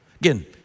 Again